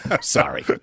Sorry